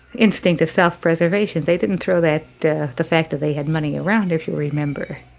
instinct of self-preservation. they didn't throw that, the the fact that they had money, around, if you remember.